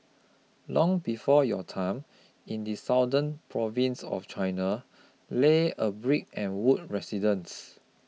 long before your time in the southern province of China lay a brick and wood residence